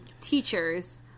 teachers